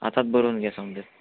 आतांच बरोन घेया सोमतें